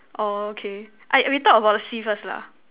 orh okay I we talk about the sea first lah